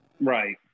Right